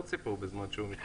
בבקשה, אדוני.